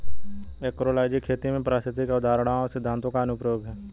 agroecology खेती में पारिस्थितिक अवधारणाओं और सिद्धांतों का अनुप्रयोग है